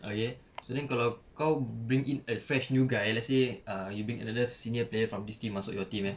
okay so then kalau kau bring in a fresh new guy let's say uh you bring another senior player from this team masuk your team eh